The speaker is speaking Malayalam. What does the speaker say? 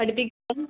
പഠിപ്പിക്കണം